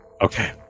Okay